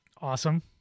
Awesome